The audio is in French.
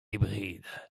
hybrides